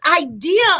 idea